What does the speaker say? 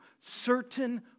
certain